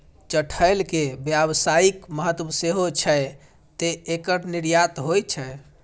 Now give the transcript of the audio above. चठैल के व्यावसायिक महत्व सेहो छै, तें एकर निर्यात होइ छै